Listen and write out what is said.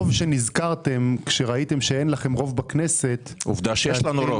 טוב שנזכרתם כאשר ראיתם שאין לכם רוב בכנסת --- עובדה שיש לנו רוב,